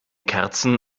kerzen